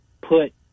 put